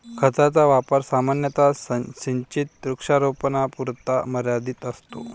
खताचा वापर सामान्यतः सिंचित वृक्षारोपणापुरता मर्यादित असतो